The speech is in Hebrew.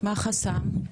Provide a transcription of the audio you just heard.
מה החסם?